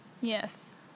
Yes